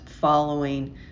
following